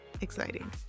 exciting